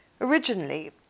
Originally